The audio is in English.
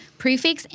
prefix